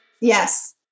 yes